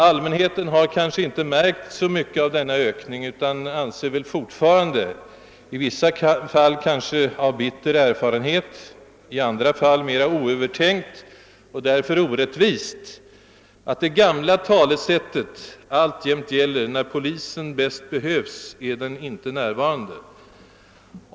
Allmänheten har kanske inte märkt så mycket av denna ökning utan anser väl fortfarande — i vissa fall kanske av bitter erfarenhet men i andra mera oövertänkt och därför orättvist — att det gamla talesättet alltjämt gäller: När polisen bäst behövs är den inte närvarande.